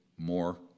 more